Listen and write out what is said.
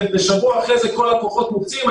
ושבוע אחרי זה כל הכוחות מוקצים.